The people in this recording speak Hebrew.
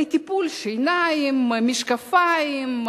לטיפול שיניים, משקפיים,